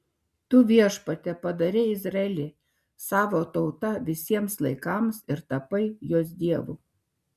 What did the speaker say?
tu viešpatie padarei izraelį savo tauta visiems laikams ir tapai jos dievu